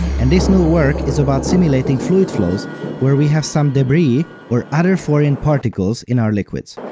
and this new work is about simulating fluid flows where we have some debris or other foreign particles in our liquids.